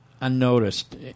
unnoticed